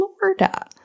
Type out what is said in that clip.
Florida